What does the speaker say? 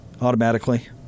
automatically